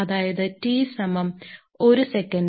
അതായത് T സമം 1 second